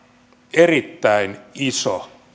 erittäin iso